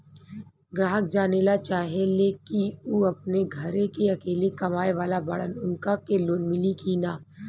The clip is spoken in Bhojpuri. ग्राहक जानेला चाहे ले की ऊ अपने घरे के अकेले कमाये वाला बड़न उनका के लोन मिली कि न?